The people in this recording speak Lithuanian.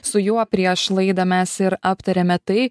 su juo prieš laidą mes ir aptarėme tai